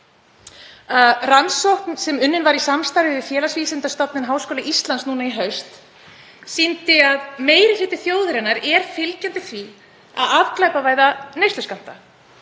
Rannsókn sem unnin var í samstarfi við Félagsvísindastofnun Háskóla Íslands í haust sýndi að meiri hluti þjóðarinnar er fylgjandi því að afglæpavæða neysluskammta